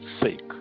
sake